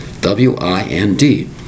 W-I-N-D